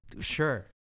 Sure